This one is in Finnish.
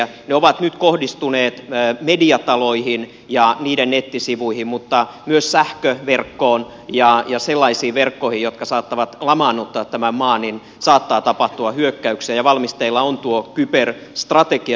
ne ovat nyt kohdistuneet mediataloihin ja niiden nettisivuihin mutta myös sähköverkkoon ja sellaisiin verkkoihin jotka saattavat lamaannuttaa tämän maan saattaa tapahtua hyökkäyksiä ja valmisteilla on tuo kyberstrategia